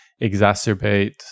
exacerbate